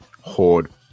horde